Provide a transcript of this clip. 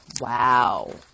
Wow